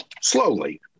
slowly